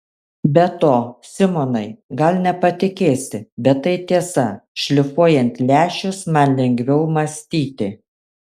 be to simonai gal nepatikėsi bet tai tiesa šlifuojant lęšius man lengviau mąstyti